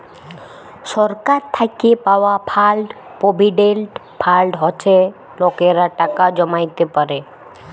সরকার থ্যাইকে পাউয়া fund provident fund হছে লকেরা টাকা জ্যমাইতে পারে